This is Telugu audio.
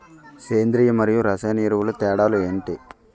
సేంద్రీయ మరియు రసాయన ఎరువుల తేడా లు ఏంటి?